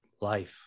life